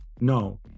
No